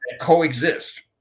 coexist